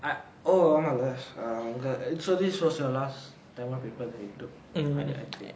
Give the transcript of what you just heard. I oh ஆமால அவங்க:aamaala avanga so this was your last tamil paper that you took like your act three